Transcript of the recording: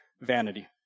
vanity